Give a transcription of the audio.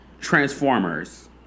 transformers